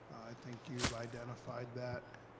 think you've identified that.